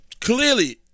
clearly